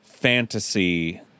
fantasy